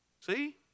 see